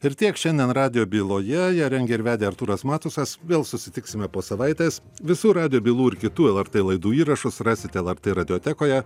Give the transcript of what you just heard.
ir tiek šiandien radijo byloje ją rengė ir vedė artūras matusas vėl susitiksime po savaitės visų radijo bylų ir kitų lrt laidų įrašus rasit lrt radiotekoje